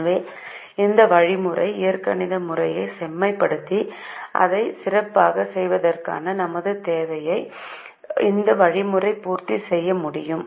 எனவே இந்த வழிமுறை இயற்கணித முறையைச் செம்மைப்படுத்தி அதைச் சிறப்பாகச் செய்வதற்கான நமது தேவையை இந்த வழிமுறை பூர்த்தி செய்ய முடியும்